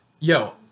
yo